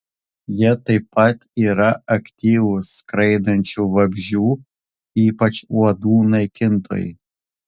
jie taip pat yra aktyvūs skraidančių vabzdžių ypač uodų naikintojai